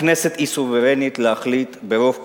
הכנסת סוברנית להחליט ברוב קולות,